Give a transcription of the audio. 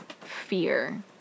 fear